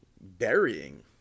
burying